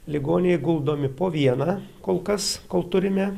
ligoniai guldomi po vieną kol kas kol turime